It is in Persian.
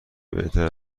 بهتر